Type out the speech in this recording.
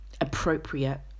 appropriate